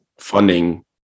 funding